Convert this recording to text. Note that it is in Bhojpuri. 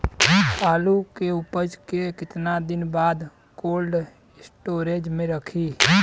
आलू के उपज के कितना दिन बाद कोल्ड स्टोरेज मे रखी?